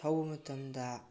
ꯊꯧꯕ ꯃꯇꯝꯗ